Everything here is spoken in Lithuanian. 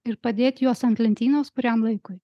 ir padėt juos ant lentynos kuriam laikui